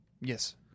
yes